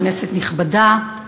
כנסת נכבדה,